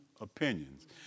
opinions